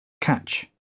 Catch